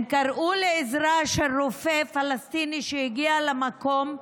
הם קראו לעזרה של רופא פלסטיני, והוא הגיע למקום,